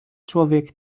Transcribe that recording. człowiek